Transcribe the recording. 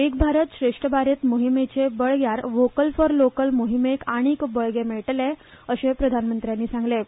एक भारत श्रेश्ठ भारत मोहीमेचे बळग्यार व्होकल फॉर लोकल मोहिमेक आनीक बळगें मेळटलें अशें प्रधानमंत्र्यांनी सांगलें